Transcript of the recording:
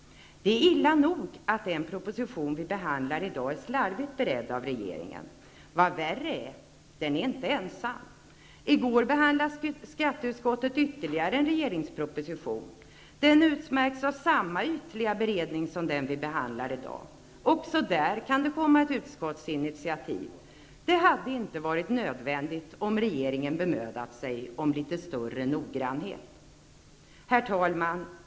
Det är illa nog att den proposition som vi behandlar i dag är slarvigt beredd av regeringen. Värre är att den inte är ensam. I går behandlade skatteutskottet ytterligare en regeringsproposition, som utmärks av samma ytliga beredning som den vi behandlar i dag. Också där kan det komma ett utskottsinitiativ. Det hade inte varit nödvändigt om regeringen bemödat sig om litet större noggrannhet. Herr talman!